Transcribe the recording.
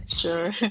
Sure